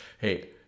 hey